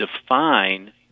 define